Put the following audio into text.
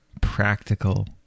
practical